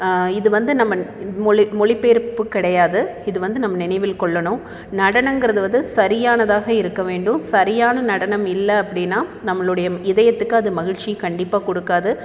இது வந்து நம்ம மொழி மொழிபெயர்ப்பு கிடையாது இது வந்து நம்ம நினைவில் கொள்ளணும் நடனங்கிறது வந்து சரியானதாக இருக்க வேண்டும் சரியான நடனம் இல்லை அப்படினா நம்முளுடைய இதயத்துக்கு அது மகிழ்ச்சி கண்டிப்பாக கொடுக்காது